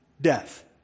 Death